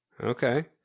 Okay